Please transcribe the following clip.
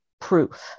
proof